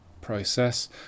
process